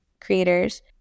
creators